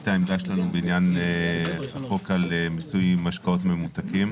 צו על משקאות ממותקים.